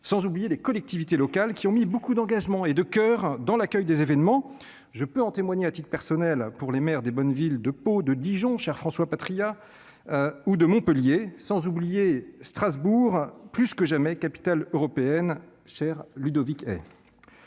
sans oublier les collectivités locales qui ont mis beaucoup d'engagement et de coeur dans l'accueil des événements, je peux en témoigner, a-t-il personnelle pour les maires des bonnes villes de peau de Dijon, cher François Patriat ou de Montpellier, sans oublier Strasbourg, plus que jamais capitale européenne cher Ludovic.